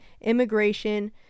immigration